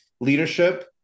leadership